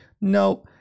no